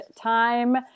Time